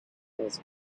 has